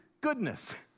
goodness